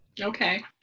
Okay